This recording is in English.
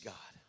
God